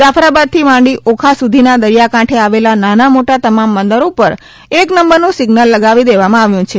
જાફરાબાદથી માંડી ઓખા સુધીના દરિયા કાંઠે આવેલા નાના મોટા તમામ બંદર ઉપર એક નંબરનું સિઝ્નલ લગાડી દેવામાં આવ્યું છે